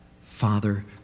Father